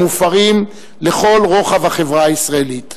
הם מופרים לכל רוחב החברה הישראלית.